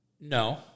No